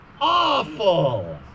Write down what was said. Awful